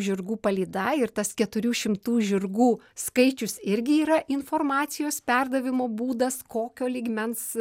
žirgų palyda ir tas keturių šimtų žirgų skaičius irgi yra informacijos perdavimo būdas kokio lygmens